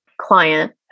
client